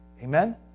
Amen